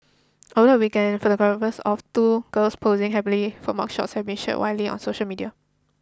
over the weekend photographs of two girls posing happily for mugshots have been shared widely on social media